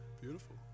Beautiful